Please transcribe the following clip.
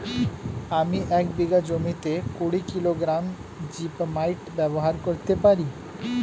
আমি এক বিঘা জমিতে কুড়ি কিলোগ্রাম জিপমাইট ব্যবহার করতে পারি?